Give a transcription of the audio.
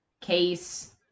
case